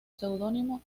seudónimo